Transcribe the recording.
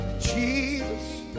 Jesus